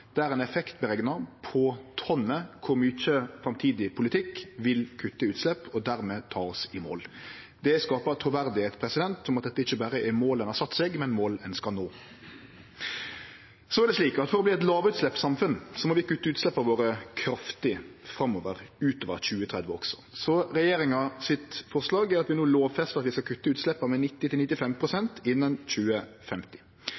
der ein effektbereknar på tonnet kor mykje framtidig politikk vil kutte i utslepp og dermed ta oss i mål. Det skapar truverd – om at dette ikkje berre er mål ein har sett seg, men mål ein skal nå. Det er slik at for å verte eit lavutsleppssamfunn, må vi kutte utsleppa våre kraftig framover, også utover 2030, så regjeringa sitt forslag er at vi no lovfestar at vi skal kutte utsleppa med